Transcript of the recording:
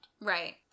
Right